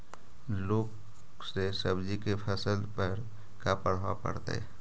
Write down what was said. लुक से सब्जी के फसल पर का परभाव पड़तै?